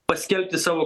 paskelbti savo